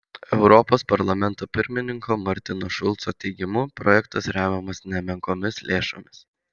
europos parlamento pirmininko martino šulco teigimu projektas remiamas nemenkomis lėšomis